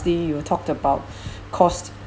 lastly you talked about cost